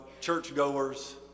churchgoers